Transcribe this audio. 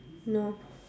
no